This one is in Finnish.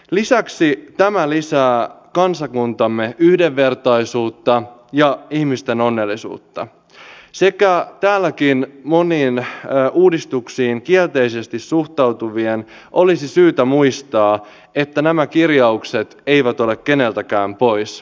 lisäksi tämä lisää kansakuntamme yhdenvertaisuutta ja ihmisten onnellisuutta sekä täälläkin moniin uudistuksiin kielteisesti suhtautuvien olisi syytä muistaa että nämä kirjaukset eivät ole keneltäkään pois päinvastoin